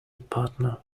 partner